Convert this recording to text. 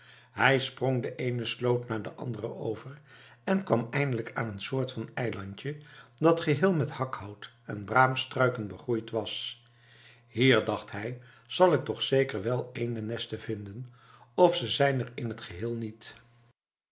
hij sprong de eene sloot na de andere over en kwam eindelijk aan een soort van eilandje dat geheel met hakhout en braamstruiken begroeid was hier dacht hij zal ik toch zeker wel eendennesten vinden of ze zijn er in het geheel niet